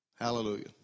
Hallelujah